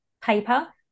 paper